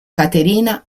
caterina